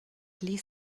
ließ